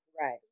Right